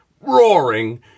roaring